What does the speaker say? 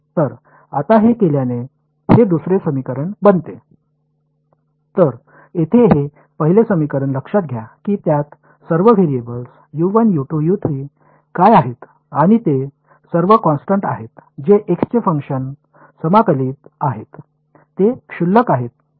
तर आता हे केल्याने हे दुसरे समीकरण बनते तर येथे हे पहिले समीकरण लक्षात घ्या की त्यात सर्व व्हेरिएबल्स काय आहेत आणि ते सर्व कॉन्स्टन्ट आहेत जे एक्स चे फंक्शन समाकलित आहेत ते क्षुल्लक आहेत